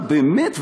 מה, באמת?